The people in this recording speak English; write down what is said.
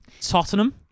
Tottenham